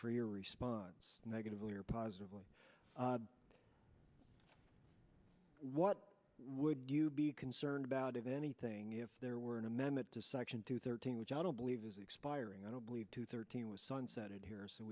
for your response negatively or positively what would you be concerned about if anything if there were an amendment to section two thirteen which i don't believe is expiring i don't believe to thirteen with sunset here